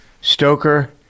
Stoker